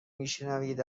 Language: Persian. میشنوید